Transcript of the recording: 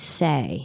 say